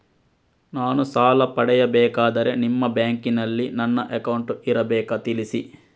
ನಾನು ಸಾಲ ಪಡೆಯಬೇಕಾದರೆ ನಿಮ್ಮ ಬ್ಯಾಂಕಿನಲ್ಲಿ ನನ್ನ ಅಕೌಂಟ್ ಇರಬೇಕಾ ತಿಳಿಸಿ?